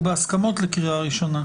הוא בהסכמות לקריאה ראשונה?